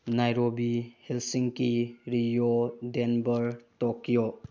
Nairobi ꯍꯤꯜꯁꯤꯡꯀꯤ Rio Denver Tokyo